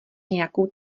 nějakou